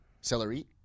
Celery